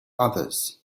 others